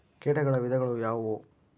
ಕೇಟಗಳ ವಿಧಗಳು ಯಾವುವು?